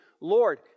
Lord